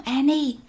Annie